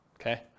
Okay